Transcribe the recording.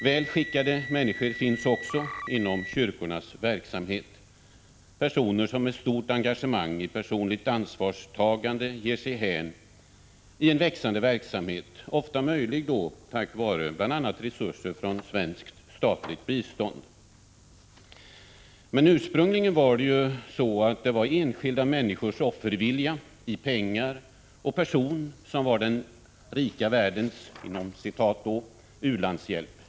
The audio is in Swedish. Väl skickade människor finns också inom kyrkornas verksamhet, personer som med stort engagemang i personligt ansvarstagande ger sig hän i en växande verksamhet, som ofta är möjlig tack vare resurser från bl.a. svenskt statligt bistånd. Men ursprungligen var enskilda människors offervilja i pengar och person den ”rika världens” u-landshjälp.